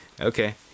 okay